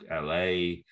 la